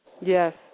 Yes